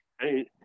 hey